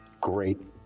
great